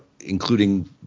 including